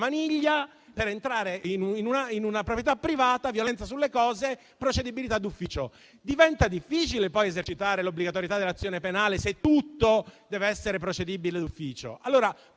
maniglia per entrare in una proprietà privata, c'è una violenza sulle cose, quindi la procedibilità d'ufficio. Diventa difficile esercitare l'obbligatorietà dell'azione penale, se tutto dev'essere procedibile d'ufficio.